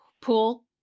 pool